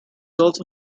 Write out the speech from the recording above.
also